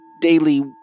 daily